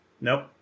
Nope